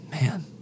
Man